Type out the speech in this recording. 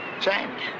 Change